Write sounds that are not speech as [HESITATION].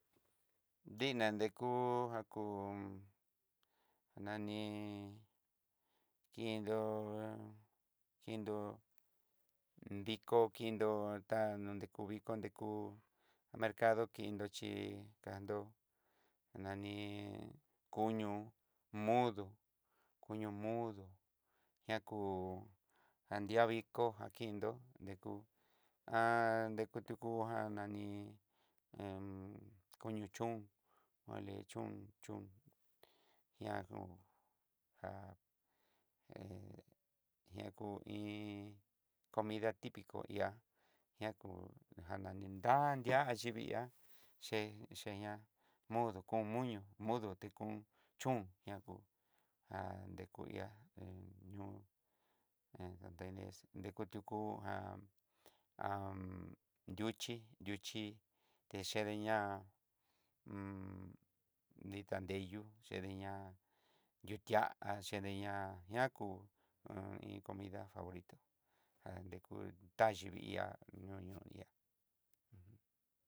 Dina ne kunga nga kú nani kindó chindó [HESITATION] nriko kindó tá nreku viko nrekú mercado kindó chí kandó nani kuño mudú kuño mudú, ñakó janki'a viko na kindó nreku [HESITATION] nreku tuku jan nani. [HESITATION] koño chón. mole chon chón ihá kó já ña ña ko iin comidá tipicó ihá nakon najan nani nría ian ayivii ihán che cheña mudo kon muño, mudo te kon chón, ña kó ja deku ihá he ñoo he santa inez, nreku tu kun ján [HESITATION] riuxhí, nriuxhi techede ña'a [HESITATION] ditá nreyú chede ña nyutia chedeña ñakú [HESITATION] iin comida favorita jan nreku tayi vihiá ñoño ihá.